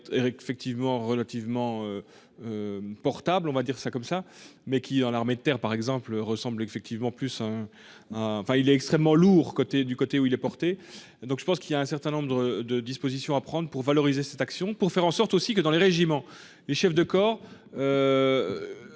Éric effectivement relativement. Portable on va dire ça comme ça mais qui est dans l'armée de terre par exemple ressemble effectivement plus. Enfin, il est extrêmement lourd côté du côté où il est porté. Donc je pense qu'il y a un certain nombre de dispositions à prendre pour valoriser cette action pour faire en sorte aussi que dans les régiments du chef de corps.